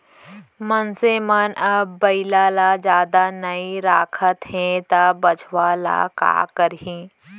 मनसे मन अब बइला ल जादा नइ राखत हें त बछवा ल का करहीं